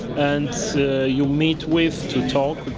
and you meet with to talk,